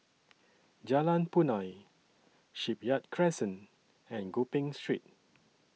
Jalan Punai Shipyard Crescent and Gopeng Street